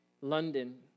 London